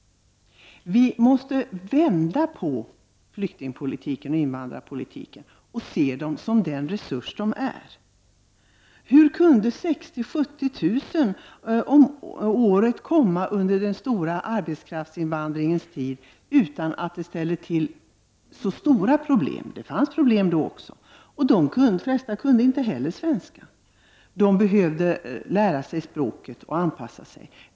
Vi måste vända på flyktingpolitiken och invandrarpolitiken och se flyktingarna som den resurs de är. Hur kunde 60 000-70 000 invandrare om året komma under den stora arbetskraftsinvandringens tid utan att det ställde till så stora problem, även om det fanns problem då också? De flesta kunde inte svenska. De behövde lära sig språket och anpassa sig.